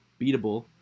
beatable